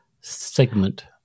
segment